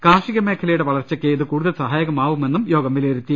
കാർഷിക മേഖലയുടെ വളർച്ചയ്ക്ക് ഇത് കൂടുതൽ സഹായക മാവുമെന്നും യോഗം വിലയിരുത്തി